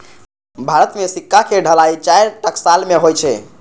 भारत मे सिक्का के ढलाइ चारि टकसाल मे होइ छै